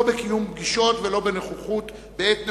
לא בקיום פגישות ולא בנוכחות בעת נאומו,